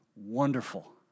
Wonderful